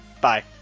Bye